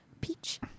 peach